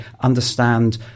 understand